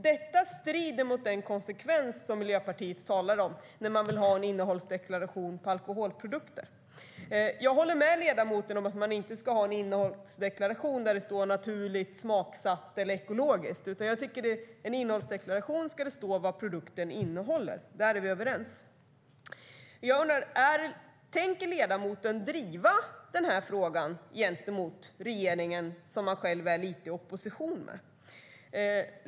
Detta strider mot den konsekvens Miljöpartiet talar om när man vill ha en innehållsdeklaration på alkoholprodukter. Jag håller med ledamoten om att man inte ska ha en innehållsdeklaration där det står att det är naturligt smaksatt eller ekologiskt. Jag tycker att det i en innehållsdeklaration ska stå vad produktionen innehåller. Där är vi överens. Jag undrar om ledamoten tänker driva den här frågan gentemot regeringen, som han själv är lite i opposition mot.